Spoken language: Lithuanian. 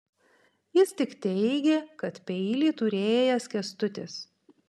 jis tik teigė kad peilį turėjęs kęstutis